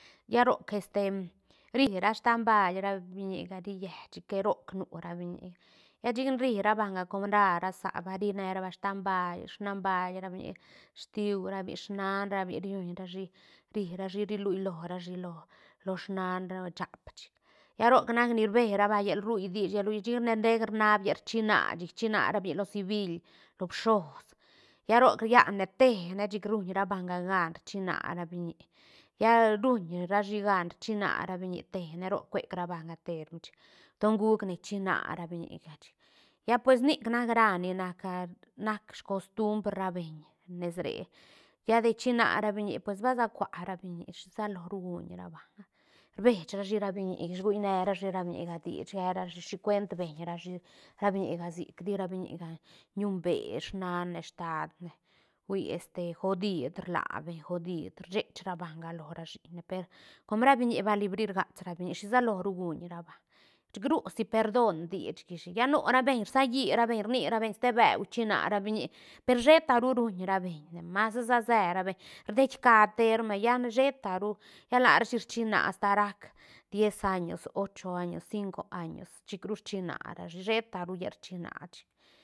Lla roc este ri ra stam bail ra biñiga rille chic que roc nu ra biñiga lla chicane ri ra banga con ra ra saä ra banga rine ra banga stam bail snan bail ra biñiga stiu ra biñiga snaan ra biñiga rillun rashi ri ra shi ri lluulo rashi lo- lo snaan ra chaap chic lla roc nac ni rbe ra banga llel rui dich llal rui dich chicane ndeec rnaab llal rchina chic rchina ra biñiga lo civil lo bishoos lla roc riane te ne chic ruñ ra banga gaan rchïna ra biñi lla ruñ rashi gaan rchina ra biñi te ne roc cuec ra banga teerm chic don gucne chïna ra biñiga chic lla pues nic nac ra ne ni nac a nac scostumbr ra beñ nes re lla de china ra biñi pues basa cua ra biñi shi salo ru guñ ra banga rbech rashi ra biñiga ish gull ne rashi ra biñiga dich ge rashi shi cuent beñ rashi ra biñiga sic dira biñiga ñunbee snane staatne hui este godid rlaa beñ godid rchech ra banga lo ra siñne per com ra biñi bali brigats ra biñi shi salo guñ ra banga chic ru si perdon dich gaish lla nú ra beñ rsallí ra beñ rni ra beñ ste beu rchïna ra biñi per sheta ru ruñ ra beñne ma sa sa se ra beñ rdieí caa teerm lla sheta ruu lla larashi rchïna asta rac diez años, ocho años, cinco años, chicru rchïna rashi sheta ru llal rchïna chic.